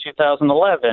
2011